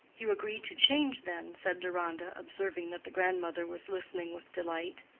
you agree to change, then? said deronda, observing that the grandmother was listening with delight.